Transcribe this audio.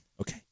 Okay